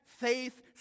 faith